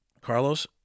Carlos